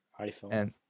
iPhone